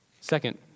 Second